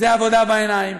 זו עבודה בעיניים,